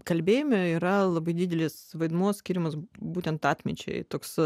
kalbėjime yra labai didelis vaidmuo skiriamas būtent atminčiai toks